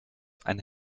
eine